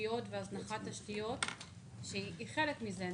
תשתיות והזנחת תשתיות שהיא חלק מזה.